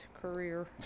career